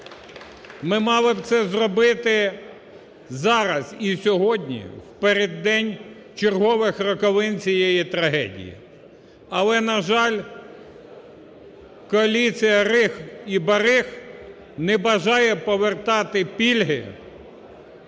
Ми мали б це зробити зараз і сьогодні, в переддень чергових роковин цієї трагедії, але, на жаль, коаліція риг і бариг не бажає повертати пільги